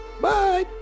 Bye